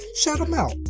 shout them out,